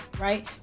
right